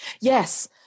Yes